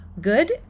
good